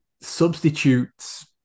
substitutes